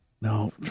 No